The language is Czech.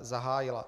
zahájila.